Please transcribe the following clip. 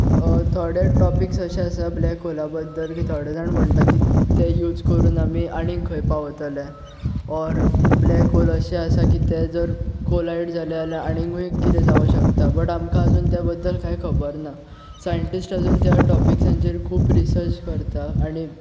थोडे टॉपीकस अशे आसात ब्लॅक होला बद्दल की थोडे जाण म्हणटात की ते यूज करून आमी आनीक खंय पावतले ऑर ब्लॅक होल अशें आसा की तें जर कोलायड जालें जाल्यार आनीकूय कितें जावंक शकता बट आमकां अजून त्या बद्दल कांय खबर ना सायंटिस्ट अजून त्या टॉपिकाचेर खूब रिसर्च करतात आनी